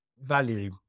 value